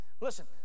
Listen